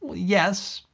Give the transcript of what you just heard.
yes,